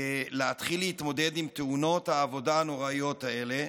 להתחיל להתמודד עם תאונות העבודה הנוראיות האלה.